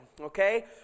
okay